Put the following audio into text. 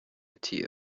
tea